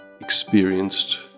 experienced